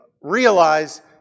realize